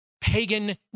pagan